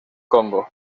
congo